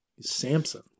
Samson